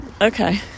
okay